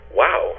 wow